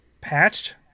patched